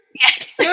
yes